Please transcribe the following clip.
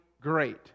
great